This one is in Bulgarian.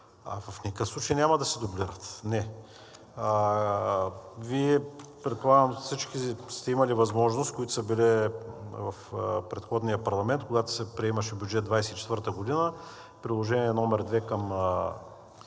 В никакъв случай няма да се дублират. Не. Вие, предполагам, всички сте имали възможност, които са били в предходния парламент, когато се приемаше бюджет 2024 г., в приложение № 2 към